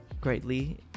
greatly